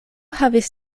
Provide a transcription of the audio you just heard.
havis